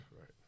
right